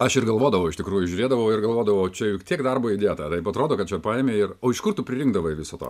aš ir galvodavau iš tikrųjų žiūrėdavau ir galvodavau čia juk tiek darbo įdėta taip atrodo kad čia paėmei ir o iš kur tu prisiimdavai viso to